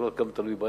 אף שזה לא תלוי בהם,